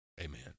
amen